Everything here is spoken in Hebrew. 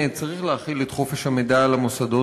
צריך להחיל את חופש המידע על המוסדות